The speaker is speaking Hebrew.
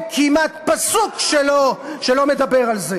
אין כמעט פסוק שלא מדבר על זה.